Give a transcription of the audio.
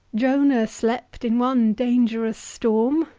jonah slept in one dangerous storm,